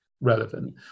relevant